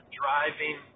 driving